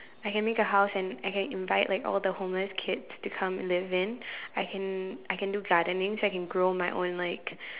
I can make a house and I can invite like all the homeless kids to come and live in I can I can do gardening so I can grow my own like